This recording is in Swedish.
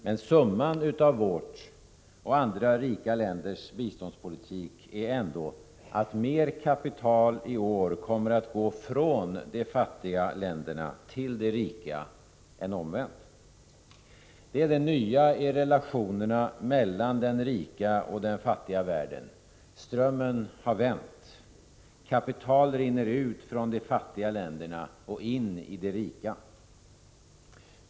Men summan av vårt och andra rika länders biståndspolitik är ändå att mer kapital i år kommer att gå från de fattiga länderna till de rika än omvänt. Det är det nya i relationerna mellan den rika och den fattiga världen. Strömmen har vänt. Kapital rinner ut från de fattiga länderna och in i de rika.